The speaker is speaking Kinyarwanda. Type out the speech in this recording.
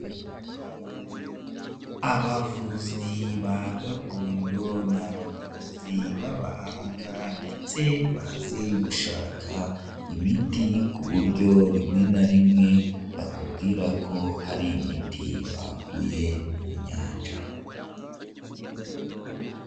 Abavuzi ba gakondo ni abavuzi b'abahanga ndetse bazi gushaka imiti ku buryo rimwe na rimwe bakubwira ko hari imiti bakuye mu nyanja.